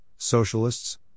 socialists